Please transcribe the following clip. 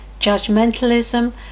judgmentalism